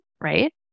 right